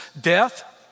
death